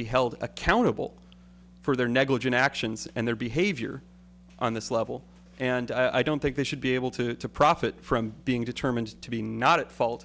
be held accountable for their negligent actions and their behavior on this level and i don't think they should be able to profit from being determined to be not at fault